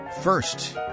first